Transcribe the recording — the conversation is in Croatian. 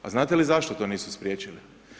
A znate li zašto to nisu spriječili?